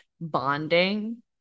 bonding